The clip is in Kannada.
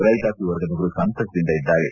ರೈತಾಪಿ ವರ್ಗದವರು ಸಂತಸದಿಂದ ಇದ್ದಾರೆ